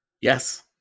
Yes